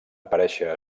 aparèixer